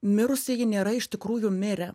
mirusieji nėra iš tikrųjų mirę